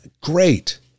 Great